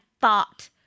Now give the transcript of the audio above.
thought